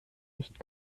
nicht